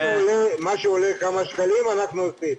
מה שעולה כמה שקלים אנחנו עושים,